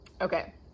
Okay